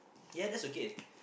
ya that's okay